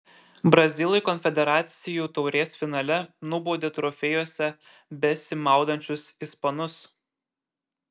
brazilai konfederacijų taurės finale nubaudė trofėjuose besimaudančius ispanus